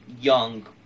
young